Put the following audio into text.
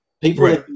People